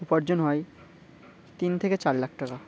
উপার্জন হয় তিন থেকে চার লাখ টাকা